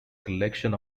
collection